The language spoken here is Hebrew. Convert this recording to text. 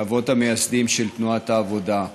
מהאבות המייסדים של תנועת העבודה.